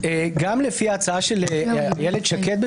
גם לפי ההצעה של אילת שקד,